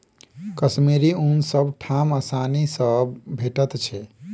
कश्मीरी ऊन सब ठाम आसानी सँ भेटैत छै